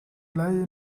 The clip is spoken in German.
laie